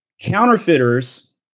Counterfeiters